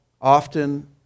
Often